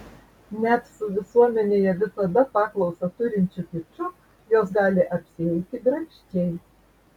net su visuomenėje visada paklausą turinčiu kiču jos gali apsieiti grakščiai